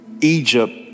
Egypt